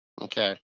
Okay